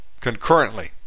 concurrently